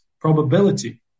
probability